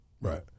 right